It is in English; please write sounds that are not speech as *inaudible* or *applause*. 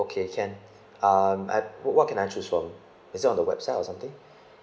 okay can *breath* um at what what can I choose from is it on the website or something *breath*